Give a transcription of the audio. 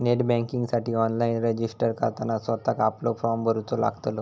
net बँकिंगसाठी online registered करताना स्वतःक आपलो फॉर्म भरूचो लागतलो